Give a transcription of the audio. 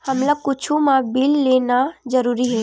हमला कुछु मा बिल लेना जरूरी हे?